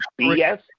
BS